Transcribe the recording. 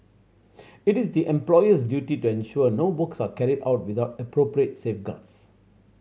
it is the employer's duty to ensure no works are carried out without appropriate safeguards